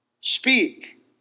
Speak